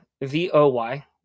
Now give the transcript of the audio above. V-O-Y